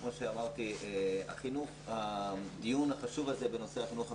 כמו שאמרתי, הדיון החשוב הזה בנושא החינוך המיוחד.